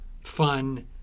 fun